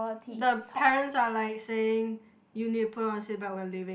the parents are like saying you need to put on a seat belt we're leaving